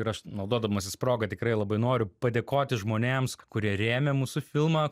ir aš naudodamasis proga tikrai labai noriu padėkoti žmonėms kurie rėmė mūsų filmą